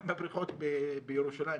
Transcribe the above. גם בבריכות בירושלים,